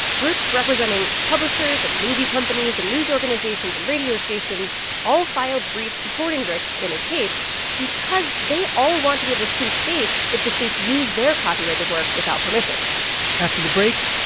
groups representing publishers and movie companies and news organizations and radio stations all filed briefs supporting rick in his case because they all want to be able to sue states if the states use their copyrighted work without permission after the break,